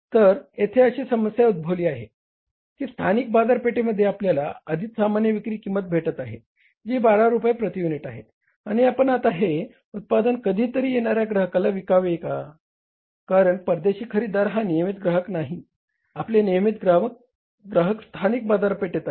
तर येथे अशी समस्या उद्भवली आहे की स्थानिक बाजारपेठेमध्ये आपल्याला आधीच सामान्य विक्री किंमत भेटत आहे जी 12 रुपये प्रती युनिट आहे आणि आपण आता हे उत्पादन कधीतरी येणाऱ्या ग्राहकाला विकावे का कारण परदेशी खरेदीदार हा नियमित ग्राहक नाही आपले नियमित ग्राहक स्थानिक बाजारपेठेत आहेत